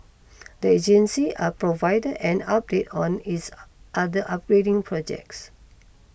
the agency are provided an update on its other upgrading projects